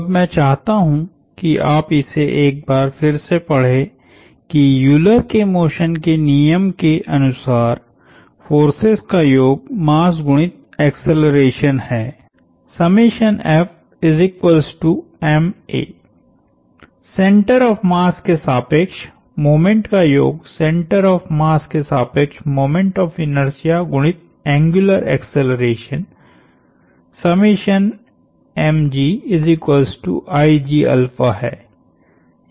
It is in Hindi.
अब मैं चाहता हूं कि आप इसे एक बार फिर से पढ़ें कि यूलर के मोशन के नियम के अनुसार फोर्सेस का योग मास गुणित एक्सेलरेशन है सेंटर ऑफ़ मास के सापेक्ष मोमेंट्स का योग सेंटर ऑफ़ मास के सापेक्ष मोमेंट ऑफ़ इनर्शिया गुणित एंग्युलर एक्सेलरेशन है